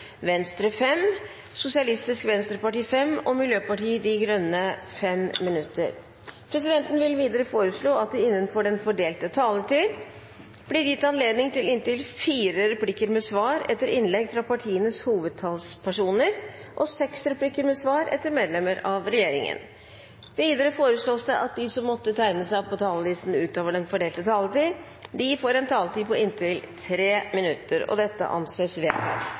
Venstre 5 minutter, Sosialistisk Venstreparti 5 minutter og Miljøpartiet De Grønne 5 minutter. Videre vil presidenten foreslå at det blir gitt anledning til inntil fire replikker med svar etter innlegg fra partienes hovedtalspersoner og seks replikker med svar etter medlemmer av regjeringen innenfor den fordelte taletid. Videre foreslås det at de som måtte tegne seg på talerlisten utover den fordelte taletid, får en taletid på inntil 3 minutter. – Det anses vedtatt.